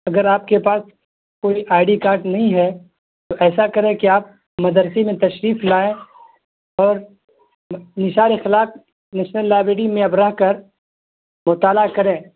اگر آپ کے پاس کوئی آئی ڈی کاٹ نہیں ہے تو ایسا کریں کہ آپ مدرسے میں تشریف لائیں اور نثار اخلاق نیشنل لائبریری میں اب رہ کر مطالعہ کریں